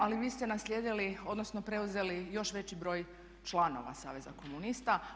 Ali vi ste naslijedili, odnosno preuzeli još veći broj članova saveza komunista.